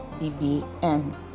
BBM